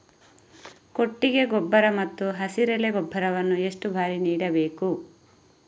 ಕೊಟ್ಟಿಗೆ ಗೊಬ್ಬರ ಮತ್ತು ಹಸಿರೆಲೆ ಗೊಬ್ಬರವನ್ನು ಎಷ್ಟು ಬಾರಿ ನೀಡಬೇಕು?